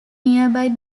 nearby